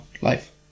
life